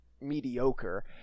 mediocre